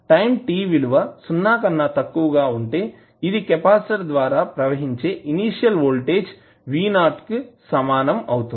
time t యొక్క విలువ సున్నా కన్నా తక్కువగా ఉంటే ఇది కెపాసిటర్ ద్వారా ప్రవహించే ఇనీషియల్ వోల్టేజ్ V 0 కు సమానం అవుతుంది